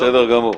בסדר גמור.